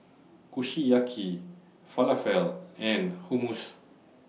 Kushiyaki Falafel and Hummus